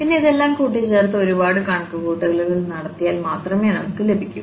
പിന്നെ ഇതെല്ലാം കൂട്ടിച്ചേർത്ത് ഒരുപാട് കണക്കുകൂട്ടലുകൾ നടത്തിയാൽ മാത്രമേ നമുക്ക് ലഭിക്കൂ